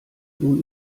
nun